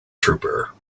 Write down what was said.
trooper